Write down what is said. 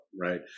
right